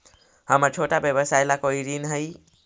हमर छोटा व्यवसाय ला कोई ऋण हई?